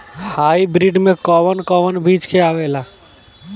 Hybrid में कोवन कोवन बीज आवेला?